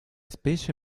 specie